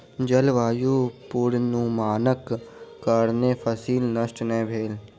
जलवायु पूर्वानुमानक कारणेँ फसिल नष्ट नै भेल